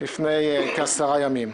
כעשרה ימים.